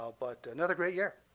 ah but another great year.